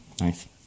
Nice